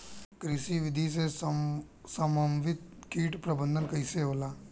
कृषि विधि से समन्वित कीट प्रबंधन कइसे होला?